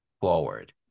forward